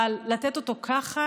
אבל לתת אותו ככה